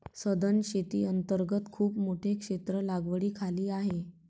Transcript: सधन शेती अंतर्गत खूप मोठे क्षेत्र लागवडीखाली आहे